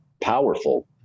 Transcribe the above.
powerful